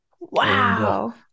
Wow